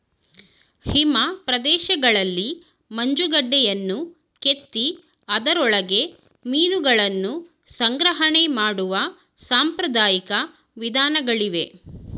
ಹಿಮ ಪ್ರದೇಶಗಳಲ್ಲಿ ಮಂಜುಗಡ್ಡೆಯನ್ನು ಕೆತ್ತಿ ಅದರೊಳಗೆ ಮೀನುಗಳನ್ನು ಸಂಗ್ರಹಣೆ ಮಾಡುವ ಸಾಂಪ್ರದಾಯಿಕ ವಿಧಾನಗಳಿವೆ